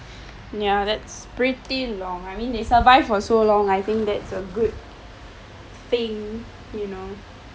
ya that's pretty long I mean they survive for so long I think that's a good thing you know